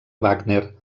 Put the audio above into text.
wagner